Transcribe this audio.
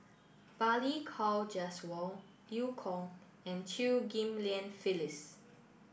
Balli Kaur Jaswal Eu Kong and Chew Ghim Lian Phyllis